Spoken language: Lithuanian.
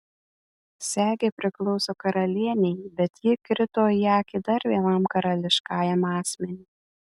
segė priklauso karalienei bet ji krito į akį dar vienam karališkajam asmeniui